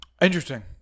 Interesting